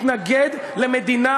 התנגד למדינה